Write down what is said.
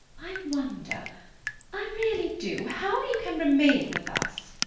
i wonder i really do how you can remain with us.